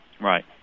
Right